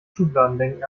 schubladendenken